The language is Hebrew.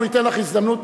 אנחנו ניתן לך הזדמנות,